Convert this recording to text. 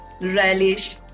relish